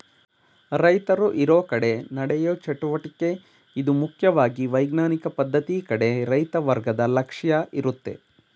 ರೈತರು ಇರೋಕಡೆ ನಡೆಯೋ ಚಟುವಟಿಕೆ ಇದು ಮುಖ್ಯವಾಗಿ ವೈಜ್ಞಾನಿಕ ಪದ್ಧತಿ ಕಡೆ ರೈತ ವರ್ಗದ ಲಕ್ಷ್ಯ ಇರುತ್ತೆ